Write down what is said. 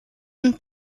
und